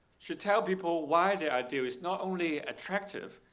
should tell people why the idea is not only attractive,